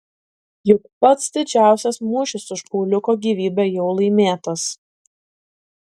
juk pats didžiausias mūšis už pauliuko gyvybę jau laimėtas